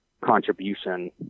contribution